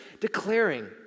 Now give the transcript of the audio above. declaring